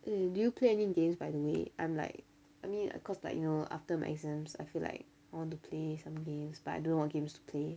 eh do you play any games by the way I'm like I mean cause like you know after my exams I feel like I want to play some games but I don't know what games to play